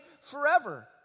forever